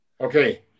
Okay